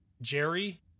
jerry